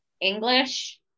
English